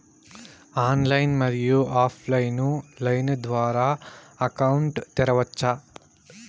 Online, మరియు offline line ద్వారా account తెరవచ్చా?